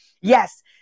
yes